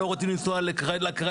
לא רוצים לנסוע לקריות,